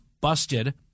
busted